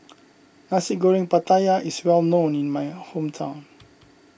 Nasi Goreng Pattaya is well known in my hometown